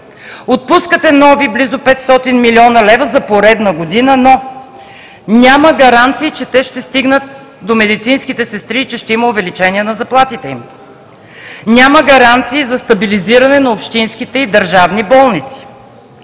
Отпускате нови близо 500 млн. лв. за поредна година, но няма гаранции, че те ще стигнат до медицинските сестри и че ще има увеличение на заплатите им. Няма гаранции за стабилизиране на общинските и държавни болници.